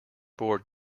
board